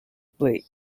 blake